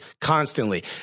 constantly